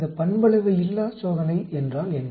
இந்த பண்பளவையில்லாச் சோதனை என்றால் என்ன